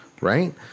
Right